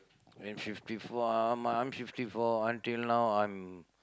in fifty four my uh I'm fifty four until now I'm